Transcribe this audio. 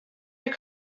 your